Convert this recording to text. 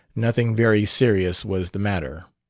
nothing very serious was the matter.